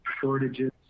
shortages